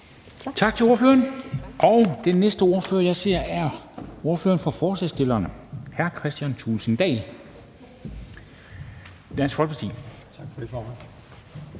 Tak til ordføreren. Den næste ordfører, jeg ser, er ordføreren for forslagsstillerne, hr. Kristian Thulesen Dahl, Dansk Folkeparti. Kl. 21:06 (Ordfører